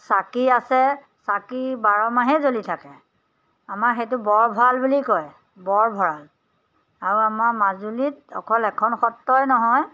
চাকি আছে চাকি বাৰমাহেই জ্বলি থাকে আমাৰ সেইটো বৰভঁৰাল বুলি কয় বৰভঁৰাল আৰু আমাৰ মাজুলীত অকল এখন সত্ৰই নহয়